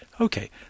Okay